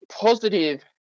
positive